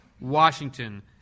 Washington